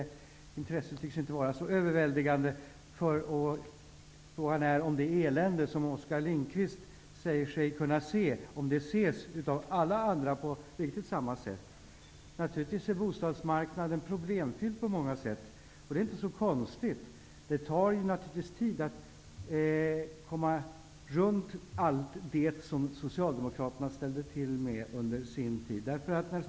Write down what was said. Intresset tycks inte vara så överväldigande. Frågan är om det elände, som Oskar Lindkvist säger sig kunna se, också ses av alla andra på riktigt samma sätt. Naturligtvis är bostadsmarknaden på många sätt problemfylld, vilket inte är så konstigt. Det tar naturligtvis tid att komma runt allt det som Socialdemokraterna under sin tid ställde till med.